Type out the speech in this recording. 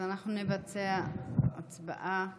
אז אנחנו נבצע הצבעה כעת.